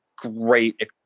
Great